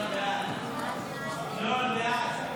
סעיף 3 כהצעת הוועדה נתקבל.